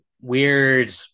weird